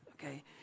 okay